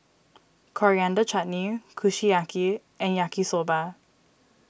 Coriander Chutney Kushiyaki and Yaki Soba